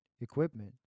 equipment